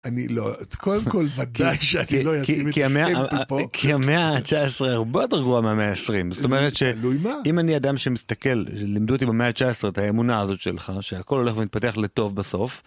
אני לא את קודם כל בגלל שאתה לא יצא מפה כי המאה ה-19 הרבה יותר גרועה מהמאה ה-20... תלוי מה.. זאת אומרת שאם אני אדם שמסתכל לימדו אותי במאה ה-19 את האמונה הזאת שלך שהכל הולך ומתפתח לטוב בסוף.